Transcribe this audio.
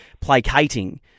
placating